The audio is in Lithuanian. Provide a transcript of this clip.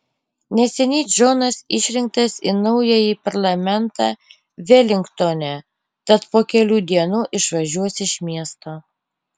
neseniai džonas išrinktas į naująjį parlamentą velingtone tad po kelių dienų išvažiuos iš miesto